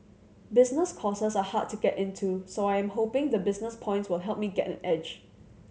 business courses are hard to get into so I am hoping the business points will help me get an edge